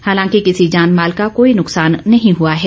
हालांकि किसी जानमाल का कोई नुक्सान नहीं हुआ है